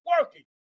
working